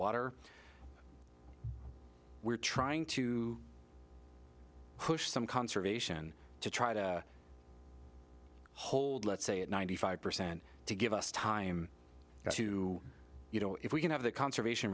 water we're trying to push some conservation to try to hold let's say at ninety five percent to give us time to you know if we can have the conservation